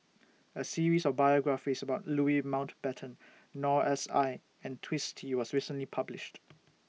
A series of biographies about Louis Mountbatten Noor S I and Twisstii was recently published